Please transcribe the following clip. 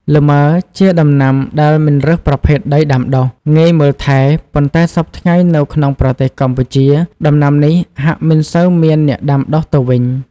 លម៉ើ ជាដំណាំដែលមិនរើសប្រភេទដីដាំដុះ ងាយមើលថែ ប៉ុន្តែសព្វថ្ងៃនៅក្នងប្រទេសកម្ពុជា ដំណាំនេះហាក់មិនសូវ មានអ្នកដាំដុះទៅវិញ។